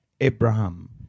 Abraham